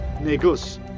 Negus